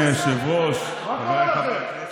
מה קורה לכם?